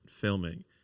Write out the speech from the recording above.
filming